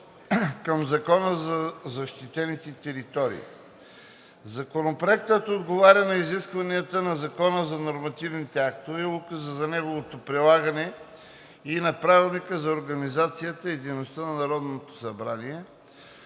към Закона за защитените територии. Законопроектът отговаря на изискванията на Закона за нормативните актове, Указа за неговото прилагане и на Правилника за организацията и дейността на Народното събрание.